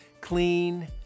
clean